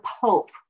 Pope